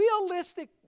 realistic